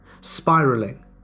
spiraling